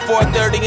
4.30